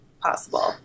possible